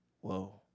Whoa